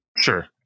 sure